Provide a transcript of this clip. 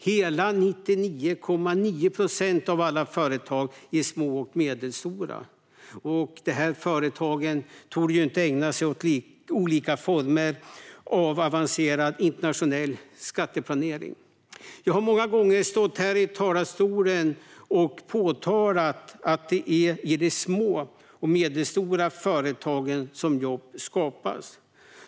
Hela 99,9 procent av alla företag är små eller medelstora. Dessa företag torde inte ägna sig åt olika former av avancerad internationell skatteplanering. Jag har många gånger stått här i talarstolen och påpekat att det är i de små och medelstora företagen som jobb skapas.